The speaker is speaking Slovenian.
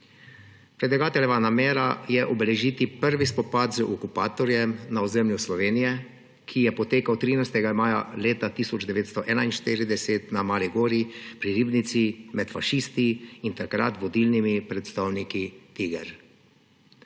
Predlagateljeva namera je obeležiti prvi spopad z okupatorjem na ozemlju Slovenije, ki je potekal 13. maja 1941 na Mali gori pri Ribnici med fašisti in takratnimi vodilnimi predstavniki TIGR.